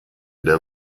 der